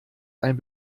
ein